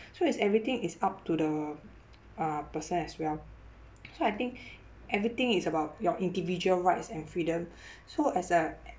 so it's everything is up to the uh person as well so I think everything is about your individual rights and freedom so as a